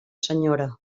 senyora